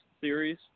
series